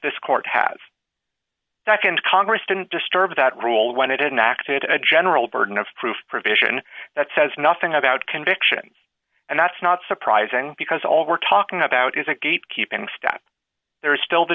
this court has doc and congress didn't disturb that rule when it hadn't acted as a general burden of proof provision that says nothing about conviction and that's not surprising because all we're talking about is a gatekeeping step there is still the